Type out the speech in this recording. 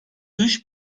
dış